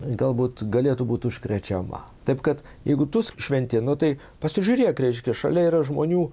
galbūt galėtų būt užkrečiama taip kad jeigu tu šventi nu tai pasižiūrėk reiškia šalia yra žmonių